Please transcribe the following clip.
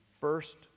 first